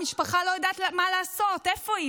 המשפחה לא יודעת מה לעשות, איפה היא.